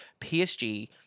PSG